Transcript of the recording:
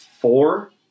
four